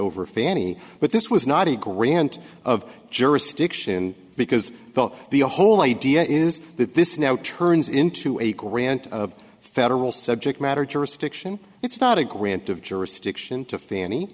over fanny but this was not a grant of jurisdiction because the a whole idea is that this now turns into a grant of federal subject matter jurisdiction it's not a grant of jurisdiction to fanny